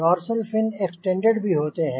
dorsal fin extended भी होते हैं